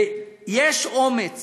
ויש אומץ